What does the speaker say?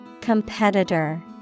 Competitor